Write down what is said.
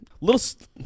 little